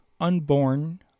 unborn